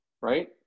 right